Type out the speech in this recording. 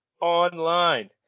online